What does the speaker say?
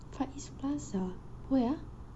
far east plaza where ah